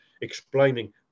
explaining